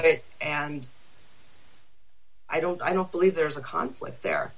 it and i don't i don't believe there's a conflict there